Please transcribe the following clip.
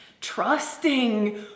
Trusting